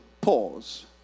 Pause